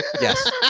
Yes